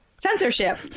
Censorship